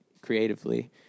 creatively